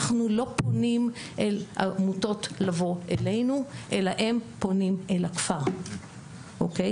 אנחנו לא פונים אל עמותות לבוא אלינו אלא הם פונים אל הכפר אוקיי?